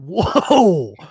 Whoa